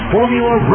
Formula